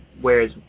Whereas